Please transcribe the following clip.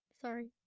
sorry